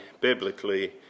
biblically